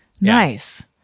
Nice